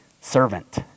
Servant